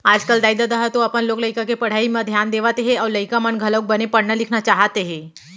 आजकल दाई ददा ह तो अपन लोग लइका के पढ़ई म धियान देवत हे अउ लइका मन घलोक बने पढ़ना लिखना चाहत हे